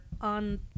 on